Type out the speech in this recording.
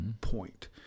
point